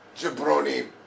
Jabroni